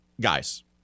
guys